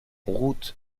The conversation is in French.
route